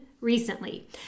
recently